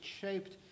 shaped